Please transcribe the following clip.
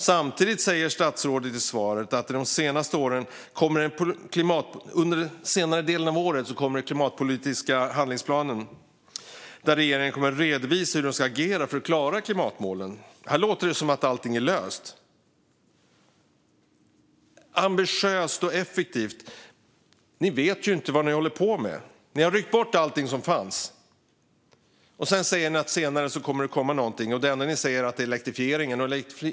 Samtidigt säger statsrådet i svaret att under den senare delen av året kommer den klimatpolitiska handlingsplanen, där regeringen kommer att redovisa hur man ska agera för att klara klimatmålen. Här låter det som att allting är löst. Ambitiöst och effektivt, talas det om. Ni vet ju inte vad ni håller på med. Ni har ryckt bort allting som fanns. Sedan säger ni att någonting kommer att komma senare. Det enda ni säger är att det är elektrifieringen.